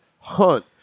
hunt